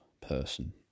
person